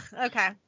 okay